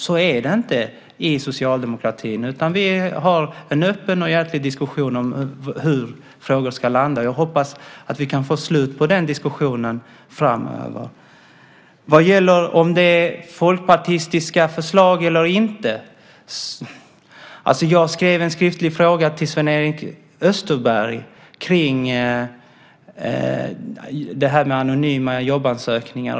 Så är det inte i socialdemokratin. Vi har en öppen och hjärtlig diskussion om hur frågor ska landa. Jag hoppas att vi kan få slut på den diskussionen framöver. Vad gäller om det är folkpartistiska förslag eller inte skrev jag en skriftlig fråga till Sven-Erik Österberg kring anonyma jobbansökningar.